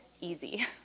easy